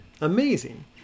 Amazing